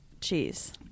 cheese